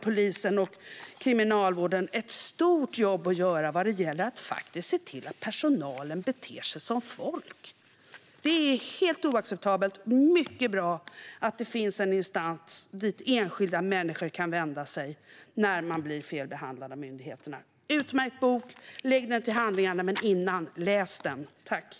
Polisen och Kriminalvården har ett stort jobb att göra när det gäller se till att personalen beter sig som folk. Det är mycket bra att det finns en instans dit enskilda människor kan vända sig när de blir felbehandlade av myndigheterna. Det är en utmärkt bok. Lägg den till handlingarna, men läs den först!